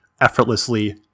effortlessly